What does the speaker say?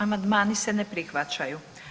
Amandmani se ne prihvaćaju.